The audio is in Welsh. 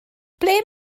ble